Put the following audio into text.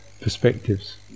perspectives